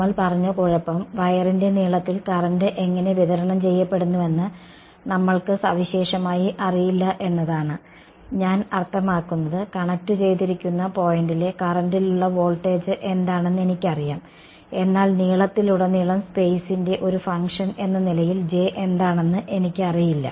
നമ്മൾ പറഞ്ഞ കുഴപ്പം വയറിന്റെ നീളത്തിൽ കറന്റ് എങ്ങനെ വിതരണം ചെയ്യപ്പെടുന്നുവെന്ന് നമ്മൾക്ക് സവിശേഷമായി അറിയില്ല എന്നതാണ് ഞാൻ അർത്ഥമാക്കുന്നത് കണക്റ്റുചെയ്തിരിക്കുന്ന പോയിന്റിലെ കറന്റിലുള്ള വോൾട്ടേജ് എന്താണെന്ന് എനിക്കറിയാം എന്നാൽ നീളത്തിലുടനീളം സ്പെയ്സിന്റെ ഒരു ഫംഗ്ഷൻ എന്ന നിലയിൽ J എന്താണെന്ന് എനിക്കറിയില്ല